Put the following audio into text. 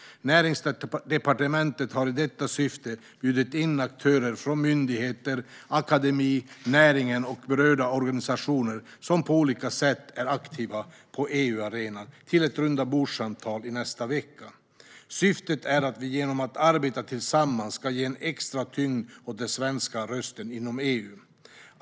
Näringsdepartementet har i detta syfte bjudit in aktörer från myndigheter, akademin, näringen och berörda organisationer som på olika sätt är aktiva på EU-arenan till ett rundabordssamtal i nästa vecka. Syftet är att vi genom att arbeta tillsammans ska ge extra tyngd åt den svenska rösten inom EU.